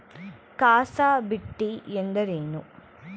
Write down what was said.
CASA ಬಡ್ಡಿ ಎಂದರೇನು?